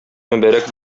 мөбарәк